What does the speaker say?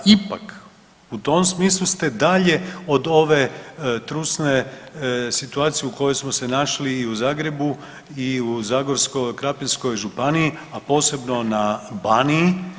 Ipak u tom smislu ste dalje od ove trusne situacije u kojoj smo se našli i u Zagrebu i u Krapinsko-zagorskoj županiji, a posebno na Baniji.